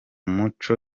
muco